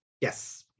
Yes